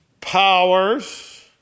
powers